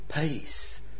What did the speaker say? peace